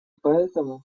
поэтому